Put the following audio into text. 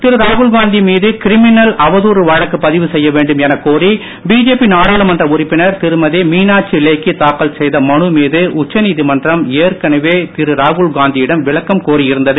திரு ராகுல்காந்தி மீது கிரிமினல் அவதூறு வழக்கு பதிவு செய்ய வேண்டும் எனக் கோரி பிஜேபி நாடாளுமன்ற உறுப்பினர் திருமதி மீனாட்சி லேக்கி தாக்கல் செய்த மனு மீது உச்சநீதிமன்றம் ஏற்கனவே திரு ராகுல்காந்தியிடம் விளக்கம் கோரி இருந்தது